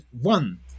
one